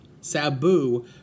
Sabu